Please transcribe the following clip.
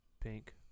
pink